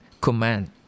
command